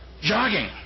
jogging